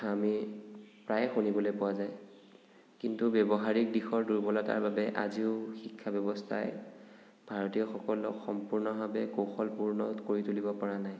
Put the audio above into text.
কথা আমি প্ৰায়ে শুনিবলৈ পোৱা যায় কিন্তু ব্যৱহাৰিক দিশৰ দূৰ্বলতাৰ বাবে আজিও শিক্ষা ব্যৱস্থাই ভাৰতীয় সকলক সম্পূৰ্ণভাৱে কৌশলপূৰ্ণ কৰি তুলিব পৰা নাই